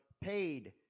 paid